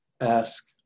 ask